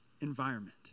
environment